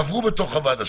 שיעברו בתוך הוועדה,